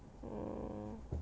mm